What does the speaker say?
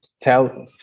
tell